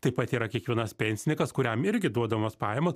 taip pat yra kiekvienas pensinikas kuriam irgi duodamos pajamos